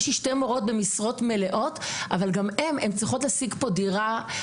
יש לי שתי מורות במשרה מלאה אבל גם הן צריכות להשיג כאן דירה.